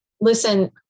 listen